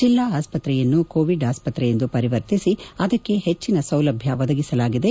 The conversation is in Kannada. ಜಿಲ್ಲಾ ಆಸ್ತ್ರೆಯನ್ನು ಕೋವಿಡ್ ಆಸ್ತ್ರೆಯೆಂದು ಪರಿವರ್ತಿಸಿ ಅದಕ್ಕೆ ಹೆಚ್ಚಿನ ಸೌಲಭ್ದ ಒದಗಿಸಲಾಗಿದೆ